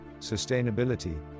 sustainability